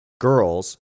girls